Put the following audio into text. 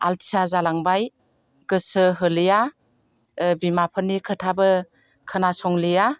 अलसिया जालांबाय गोसो होलिया बिमाफोरनि खोथाबो खोनासंलिया